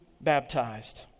baptized